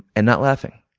and not laughing.